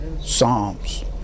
Psalms